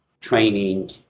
training